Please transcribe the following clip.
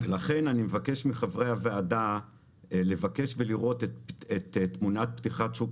לכן אני מבקש מחברי הוועדה לבקש לראות את תמונת פתיחת שוק